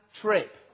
trip